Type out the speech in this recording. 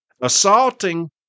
assaulting